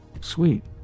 Sweet